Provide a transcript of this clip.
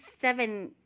seven